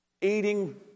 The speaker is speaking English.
eating